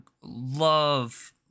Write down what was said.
love